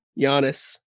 Giannis